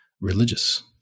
religious